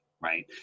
right